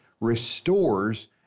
restores